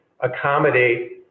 accommodate